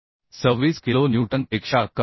26 kilo newton पेक्षा कमी आहे